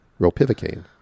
ropivacaine